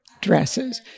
dresses